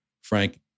Frank